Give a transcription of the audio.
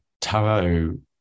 tarot